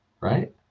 right